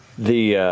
the